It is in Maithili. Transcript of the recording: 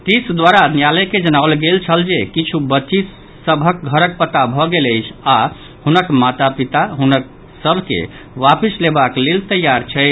टिस द्वारा न्यायालय के जनाओल गेल छल जे किछु बच्ची सभक घरक पता भऽ गेल अछि आओर हुनक माता पिता हुनका सभ के वापिस लेबाक लेल तैयार छथि